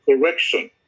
Correction